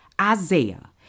Isaiah